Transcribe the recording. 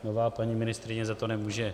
Nová paní ministryně za to nemůže.